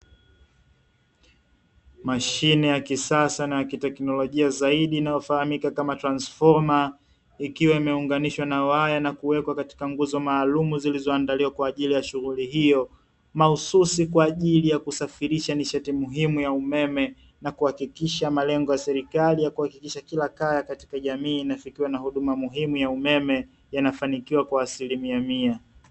Mashine ya kisasa na ya kiteknolojia zaidi inayofahamika kama transfoma, ikiwa imeunganishwa na waya, na kuwekwa katika nguzo maalumu zilizoandaliwa kwa ajili ya shughuli hiyo mahususi kwa ajili ya kusafirisha nishati muhimu ya umeme, na kuhakikisha malengo ya serikali ya kuhakikisha kila kaya katika jamii inafikiwa na huduma muhimu ya umeme, yanafanikiwa kwa asilimia mia.